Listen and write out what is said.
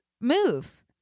Move